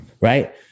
right